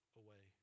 away